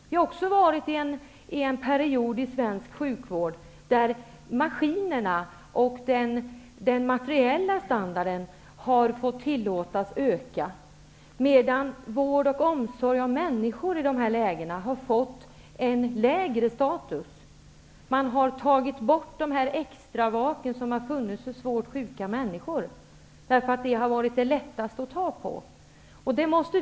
Vi har haft en period i svensk sjukvård där maskinerna och den materiella standarden har fått tillåtas att öka, medan vård och omsorg om människor har fått lägre status. Man har tagit bort extravaken för svårt sjuka människor, eftersom det har varit lättast att dra in där.